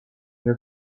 der